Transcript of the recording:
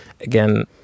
again